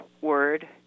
word